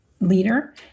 leader